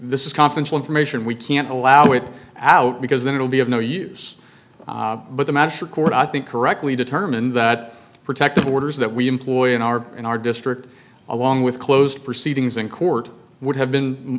this is confidential information we can't allow it out because then it'll be of no use but the match record i think correctly determined that protective orders that we employ in our in our district along with closed proceedings in court would have been